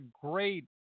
great